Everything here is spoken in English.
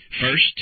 First